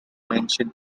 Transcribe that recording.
mentioned